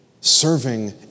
serving